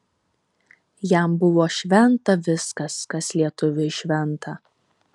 jam buvo šventa viskas kas lietuviui šventa